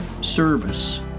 service